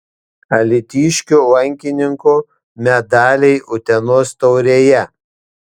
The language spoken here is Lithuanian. alytiškių lankininkų medaliai utenos taurėje